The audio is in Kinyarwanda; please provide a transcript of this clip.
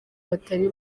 batari